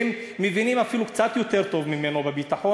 שמבינים אפילו קצת יותר טוב ממנו בביטחון,